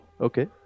Okay